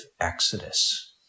exodus